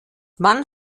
wann